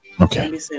Okay